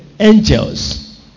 Angels